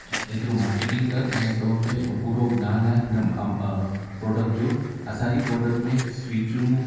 एतिरो मार्किटिंग कर अने तोखे पूरो न न हिन प्रोडक्ट जो असांखे प्रोडक्ट जो स्विचू